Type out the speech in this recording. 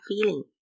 feeling